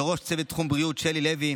לראש צוות תחום בריאות שלי לוי,